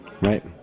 right